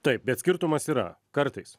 taip bet skirtumas yra kartais